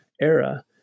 era